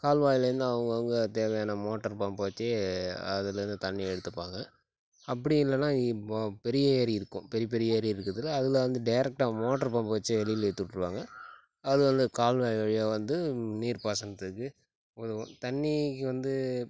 கால்வாய்லேருந்து அவங்க அவங்க தேவையான மோட்டர் பம்ப் வச்சு அதுலேருந்து தண்ணி எடுத்துப்பாங்கள் அப்படி இல்லைனா இப்போ பெரிய ஏரி இருக்கும் பெரிய பெரிய ஏரி இருக்குதுல்ல அதில் வந்து டேரக்ட்டாக மோட்டர் பம்ப் வச்சு வெளியில எடுத்து விட்ருவாங்க அது வந்து கால்வாய் வழியாக வந்து நீர்பாசனத்துக்கு தண்ணிக்கு வந்து